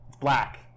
black